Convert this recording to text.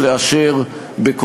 עשרות שנים של